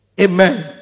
Amen